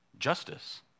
justice